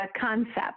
concept